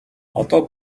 одоо